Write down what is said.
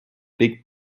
big